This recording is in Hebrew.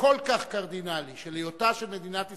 כל כך קרדינלי של היותה של מדינת ישראל,